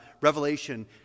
Revelation